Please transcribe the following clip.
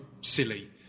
silly